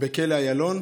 בכלא איילון,